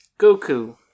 Goku